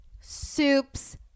soups